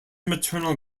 maternal